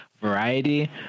variety